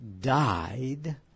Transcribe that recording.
died